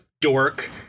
dork